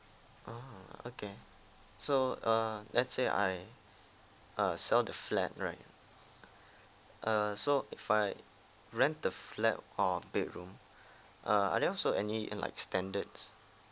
ah okay so err let's say I uh sell the flat right err so if I rent the flat or bedroom err are there also any like standards